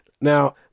Now